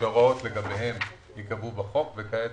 שההוראות לגביהם ייקבעו בחוק, וכעת